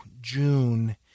June